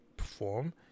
perform